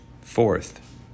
fourth